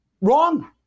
wrong